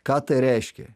ką tai reiškia